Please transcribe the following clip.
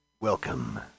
Welcome